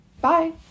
bye